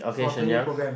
for a twinning programme